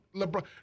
LeBron